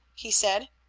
he said.